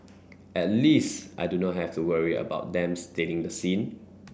at least I do not have to worry about them stealing the scene